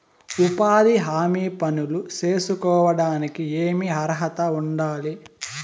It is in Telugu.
ఉపాధి హామీ పనులు సేసుకోవడానికి ఏమి అర్హత ఉండాలి?